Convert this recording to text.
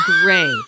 gray